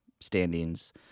standings